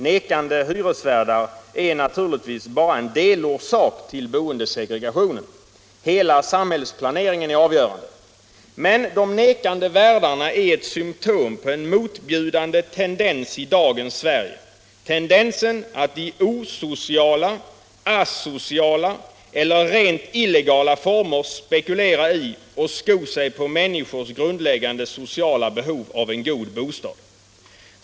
Nekande hyresvärdar är naturligtvis bara en delorsak till boendesegregationen. Hela samhällsplaneringen är avgörande. Men de nekande värdarna är ett symtom på en motbjudande tendens i dagens Sverige — tendensen att i osociala, asociala eller rent illegala former spekulera i och sko sig på människors grundläggande sociala behov av en god bostad.